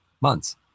months